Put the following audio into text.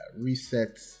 reset